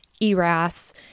ERAS